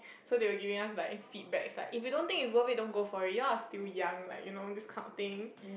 so they were giving us like feedbacks like if you don't think it's not worth it don't go for it you all are still young like you know this kind of thing